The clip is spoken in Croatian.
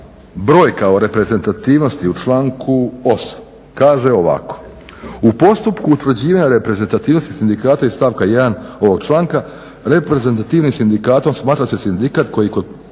brojka o reprezentativnosti u članku 8.kaže ovako "U postupku utvrđivanja reprezentativnosti sindikata iz stavka 1.ovog članka reprezentativnim sindikatom smatra se sindikat koji kod poslodavca